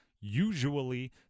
usually